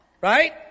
Right